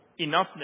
enoughness